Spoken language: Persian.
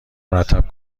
مرتب